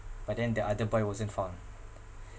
but then the other boy wasn't found